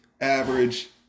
average